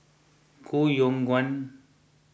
Koh Yong Guan